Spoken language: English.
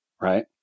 right